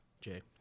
Jay